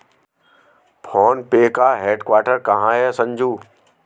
Phone पे का headquarter कहां है संजू?